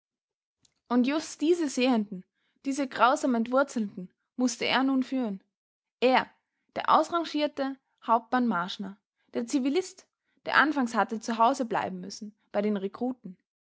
und just diese sehenden diese grausam entwurzelten mußte er nun führen er der ausrangierte hauptmann marschner der zivilist der anfangs hatte zu hause bleiben müssen bei den rekruten